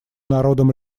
народам